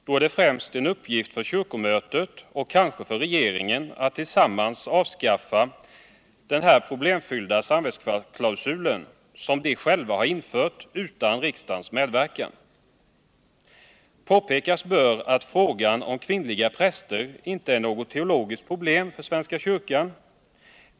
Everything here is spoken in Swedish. Då är det främst en uppgift för kyrkomötet att — kanske tillsammans med regeringen — avskaffa den problemfyllda samvetsklausulen. som införts utan riksdagens medverkan. Påpekas bör att frågan om kvinnliga prister inte är något teologiskt problem för svenska kyrkan.